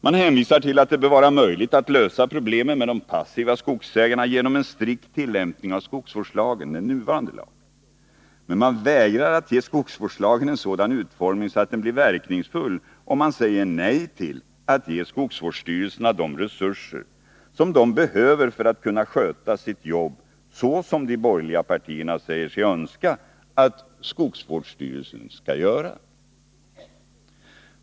Man hänvisar till att det bör vara möjligt att lösa problemen med de passiva skogsägarna genom en strikt tillämpning av den nuvarande skogsvårdslagen, men man vägrar att ge skogsvårdslagen en sådan utformning att den blir verkningsfull. Och man säger nej till att ge skogsvårdsstyrelserna de resurser som de behöver för att kunna sköta sitt jobb så som de borgerliga partierna säger sig önska att skogsvårdsstyrelserna skall göra.